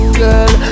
girl